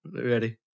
ready